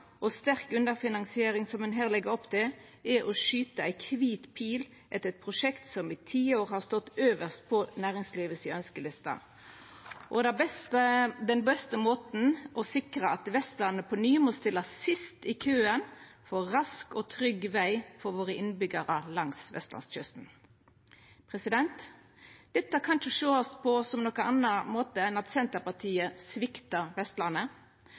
og sterk underfinansiering, som ein her legg opp til, er å skyta ein kvit pinn etter eit prosjekt som i tiår har stått øvst på næringslivet si ønskeliste – og den beste måten å sikra at Vestlandet på ny må stilla sist i køen for rask og trygg veg for innbyggjarane langs vestlandskysten. Dette kan ikkje sjåast på som noko anna enn at Senterpartiet sviktar Vestlandet,